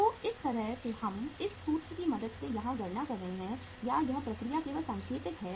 तो इस तरह से हम इस सूत्र की मदद से यहाँ गणना कर रहे हैं या यह प्रक्रिया केवल सांकेतिक है